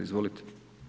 Izvolite.